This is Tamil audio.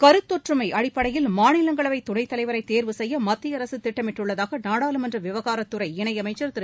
கருத்தொற்றுமை அடிப்படையில் மாநிலங்களவை துணைத் தலைவரை தேர்வு செய்ய மத்திய அரசு திட்டமிட்டுள்ளதாக நாடாளுமன்ற விவகாரத் துறை இணையமைச்சர் திரு